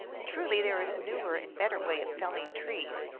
truly there is a newer and better way of felling trees,